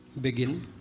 begin